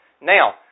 Now